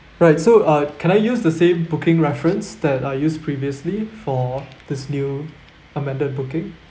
right so uh can I use the same booking reference that I used previously for this new amended booking